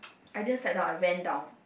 I didn't slide down I ran down